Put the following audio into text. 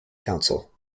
council